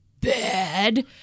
bad